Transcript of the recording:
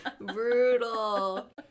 brutal